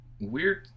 weird